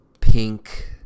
pink